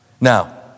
Now